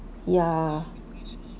yeah